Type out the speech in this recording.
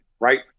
right